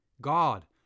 God